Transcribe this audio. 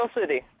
City